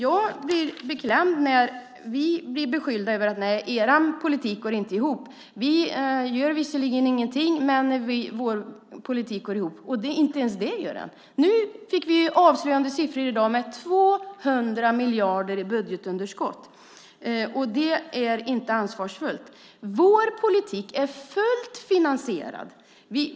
Jag blir beklämd när vi blir beskyllda för att vår politik inte går ihop. Ni gör visserligen ingenting, men ni säger att er politik går ihop. Inte ens det gör den. Nu fick vi avslöjande siffror i dag. Sverige har 200 miljarder i budgetunderskott, och det är inte ansvarsfullt. Vår politik är fullt finansierad.